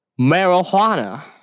marijuana